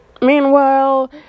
Meanwhile